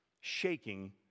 shaking